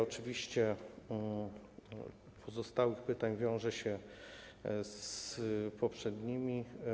Oczywiście kwestia pozostałych pytań wiąże się z poprzednimi.